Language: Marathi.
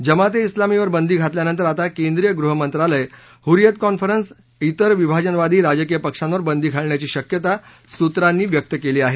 जमाते ईस्लामीवर बंदी घातल्यानंतर आता केंद्रीय गृहमंत्रालय हर्रीयत कॉन्फरन्स् तिर विभाजनवादी राजकीय पक्षांवर बदी घालण्याची शक्यता सूत्रांनी व्यक्त केली आहे